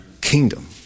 kingdom